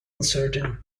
uncertain